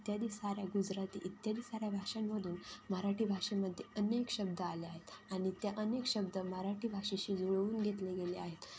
इत्यादी साऱ्या गुजराती इत्यादी साऱ्या भाषांमधून मराठी भाषेमध्ये अनेक शब्द आल्या आहेत आणि त्या अनेक शब्द मराठी भाषेशी जुळवून घेतले गेले आहेत